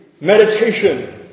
Meditation